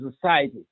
society